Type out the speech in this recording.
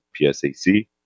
PSAC